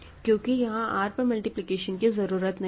क्योंकि यहां R पर मल्टीप्लिकेशन की जरूरत नहीं है